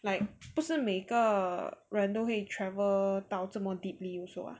like 不是每个人都会 travel 到这么 deeply also ah